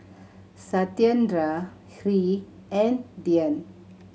Satyendra Hri and Dhyan